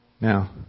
Now